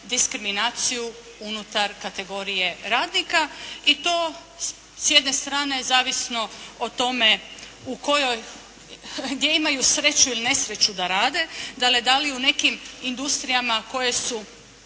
diskriminaciju unutar kategorije radnika i to s jedne strane zavisno o tome u kojoj, gdje imaju sreću ili nesreću da rade. Da li u nekim industrijama koje su